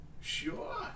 Sure